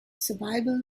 survival